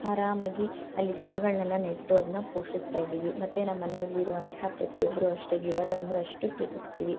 ಆರಾಮಾಗಿ ಅಲ್ಲಿ ಗಿಡಗಳನ್ನೆಲ್ಲ ನೆಟ್ಟು ಅದನ್ನು ಪೋಷಿಸ್ತಾಯಿದೀವಿ ಮತ್ತು ನಮ್ಮ ಮನೆಯಲ್ಲಿರುವಂತಹ ಪ್ರತಿಯೊಬ್ಬರೂ ಅಷ್ಟೇ ಗಿಡಗಳಂದರೆ ಅಷ್ಟು ಪ್ರೀತಿಸ್ತೀವಿ